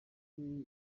ifite